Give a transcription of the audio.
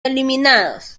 eliminados